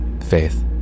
Faith